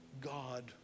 God